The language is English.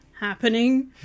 Happening